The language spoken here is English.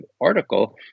article